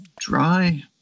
dry